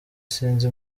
sinzi